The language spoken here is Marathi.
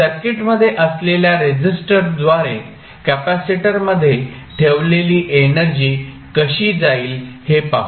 सर्किटमध्ये असलेल्या रेसिस्टरद्वारे कॅपेसिटरमध्ये ठेवलेली एनर्जी कशी जाईल हे पाहू